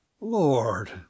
Lord